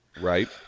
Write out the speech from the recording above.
Right